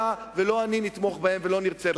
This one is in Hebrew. ולא אני לא נתמוך בהן ולא נרצה בהן.